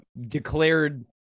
declared